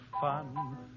fun